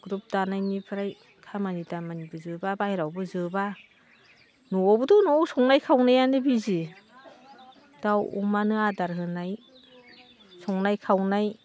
group दानायनिफ्राय खामानि दामानिबो जोबा बाहेरावबो जोबा न'आवबोथ' न'आव संनाय खावनायानो बिजि दाउ अमानो आदार होनाय संनाय खावनाय